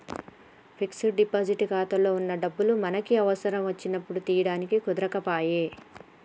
fixed deposit ఖాతాలో వున్న డబ్బులు మనకి అవసరం వచ్చినప్పుడు తీయడం కుదరకపాయె